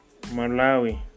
Malawi